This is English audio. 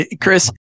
Chris